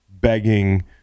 begging